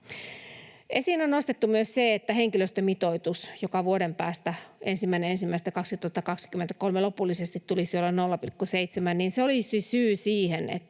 Esiin on nostettu myös se, että henkilöstömitoitus, jonka vuoden päästä 1.1.2024 lopullisesti tulisi olla 0,7, olisi syy siihen,